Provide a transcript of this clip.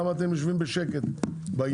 למה אתם יושבים בשקט בעניין הזה.